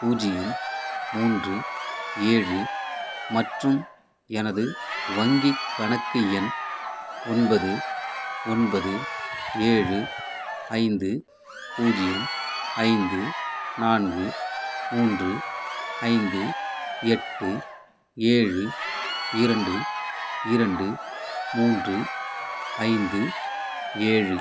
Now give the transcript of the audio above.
பூஜ்ஜியம் மூன்று ஏழு மற்றும் எனது வங்கிக் கணக்கு எண் ஒன்பது ஒன்பது ஏழு ஐந்து பூஜ்ஜியம் ஐந்து நான்கு மூன்று ஐந்து எட்டு ஏழு இரண்டு இரண்டு மூன்று ஐந்து ஏழு